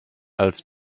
als